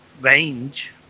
range